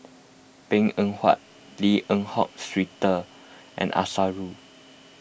Png Eng Huat Lim Eng Hock Peter and Arasu